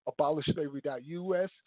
abolishslavery.us